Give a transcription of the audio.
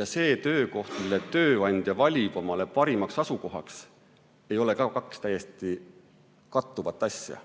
ja see töökoht, mille tööandja valib omale parimaks asukohaks, ei ole ka alati kaks täiesti kattuvat asja.